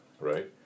right